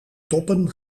toppen